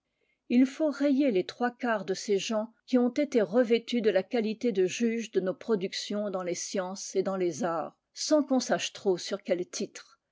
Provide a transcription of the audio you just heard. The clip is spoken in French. il faut rayer les trois quarts de ces gens qui ont été revêtus de la qualité de juges de nos productions dans les sciences et dans les arts sans qu'on sache trop sur quels titres